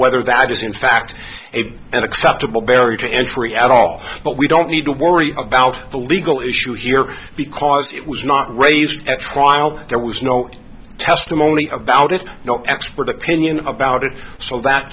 whether that is in fact it an acceptable barrier to entry at all but we don't need to worry about the legal issue here because it was not raised at trial there was no testimony about it no expert opinion about it so that